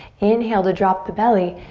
inhale to drop the belly.